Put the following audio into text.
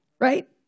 right